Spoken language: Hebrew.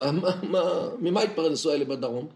ממה התפרנסו האלה בדרום?